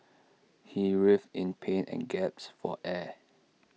he writhed in pain and gasped for air